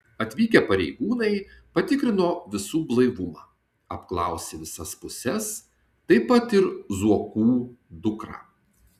atvykę pareigūnai patikrino visų blaivumą apklausė visas puses taip pat ir zuokų dukrą